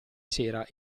sera